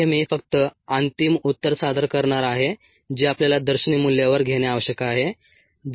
येथे मी फक्त अंतिम उत्तर सादर करणार आहे जे आपल्याला दर्शनी मूल्यावर घेणे आवश्यक आहे